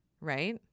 right